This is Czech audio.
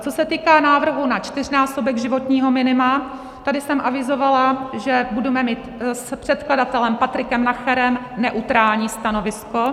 Co se týká návrhu na čtyřnásobek životního minima, tady jsem avizovala, že budeme mít s předkladatelem Patrikem Nacherem neutrální stanovisko.